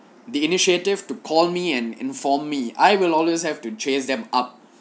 the initiative to call me and inform me I will always have to chase them up